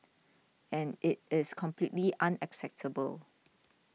and it is completely unacceptable